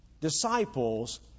Disciples